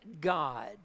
God